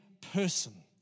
person